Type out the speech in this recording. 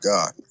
God